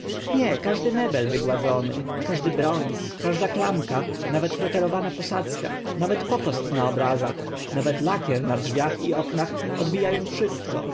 nie każdy mebel wygładzony każdy brąz każda klamka nawet oterowana posadzka nawet pokost na obrazach nawet lakier na drzwiach i oknach odbija ą wszystko